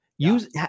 Use